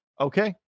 okay